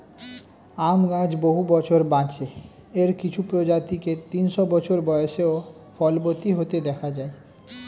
আম গাছ বহু বছর বাঁচে, এর কিছু প্রজাতিকে তিনশো বছর বয়সেও ফলবতী হতে দেখা যায়